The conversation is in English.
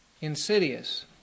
insidious